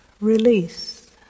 Release